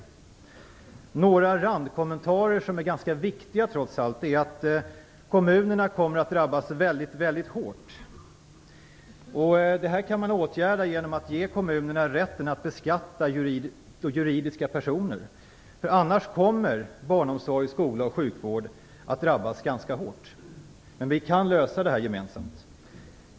En randkommentar som trots allt är ganska viktig är att kommunerna kommer att drabbas väldigt hårt. Det kan man åtgärda genom att ge kommunerna rätten att beskatta juridiska personer. Annars kommer barnomsorg, skola och sjukvård att drabbas ganska hårt. Men vi kan lösa det gemensamt.